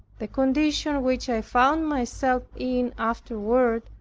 the condition which i found myself in afterward,